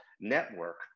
network